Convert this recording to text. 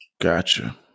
Gotcha